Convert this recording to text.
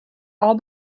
all